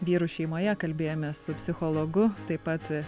vyrus šeimoje kalbėjomės su psichologu taip pat